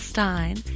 Stein